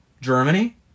Germany